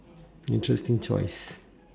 interesting choice